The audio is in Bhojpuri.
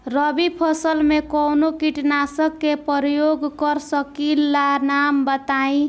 रबी फसल में कवनो कीटनाशक के परयोग कर सकी ला नाम बताईं?